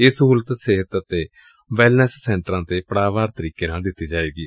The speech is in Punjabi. ਇਹ ਸਹੂਲਤ ਸਿਹਤ ਅਤੇ ਵੈੱਲਨੈੱਸ ਸੈਂਟਰਾਂ ਚ ਪੜਾਅਵਾਰ ਤਰੀਕੇ ਨਾਲ ਦਿੱਤੀ ਜਾਏਗੀ